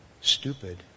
stupid